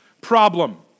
problem